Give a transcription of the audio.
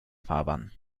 fahrbahn